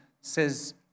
says